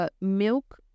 milk